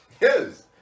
Yes